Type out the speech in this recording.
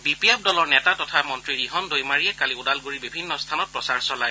B P F দলৰ নেতা তথা মন্ত্ৰী ৰিহন দৈমাৰীয়ে কালি ওদালগুৰিৰ বিভিন্ন স্থানত প্ৰচাৰ চলায়